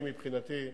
אני, מבחינתי,